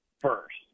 first